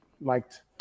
liked